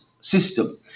system